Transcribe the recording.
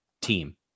team